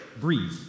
breathe